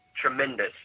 tremendous